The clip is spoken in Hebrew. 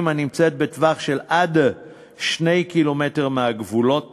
הנמצאת בטווח שעד 2 קילומטרים מהגבולות